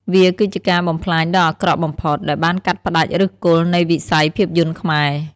វាគឺជាការបំផ្លាញដ៏អាក្រក់បំផុត ដែលបានកាត់ផ្តាច់ឫសគល់នៃវិស័យភាពយន្តខ្មែរ។